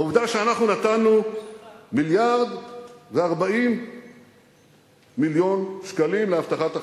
העובדה שאנחנו נתנו 1.040 מיליארד שקלים להבטחת הכנסה.